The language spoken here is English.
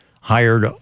hired